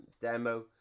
demo